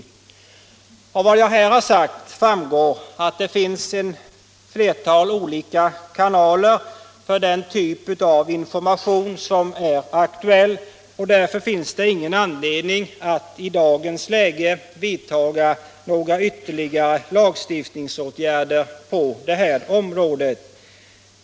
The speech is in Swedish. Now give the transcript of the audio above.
der, m.m. Av vad jag här har sagt framgår att det finns ett flertal olika kanaler för den typ av information som är aktuell. Därför är det ingen anledning att i dagens läge vidta några ytterligare lagstiftningsåtgärder på detta område.